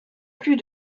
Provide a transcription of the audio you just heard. plus